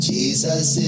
Jesus